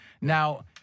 Now